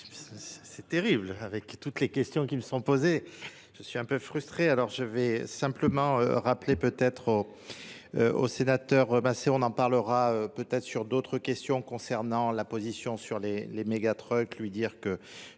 c'est terrible avec toutes les questions qui me sont posées je suis un peu frustré alors je vais simplement rappeler peut-être au sénateur Massé on en parlera peut-être sur d'autres questions concernant la position sur les mégatrucks lui dire que